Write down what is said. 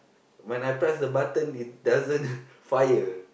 when I press the button it doesn't fire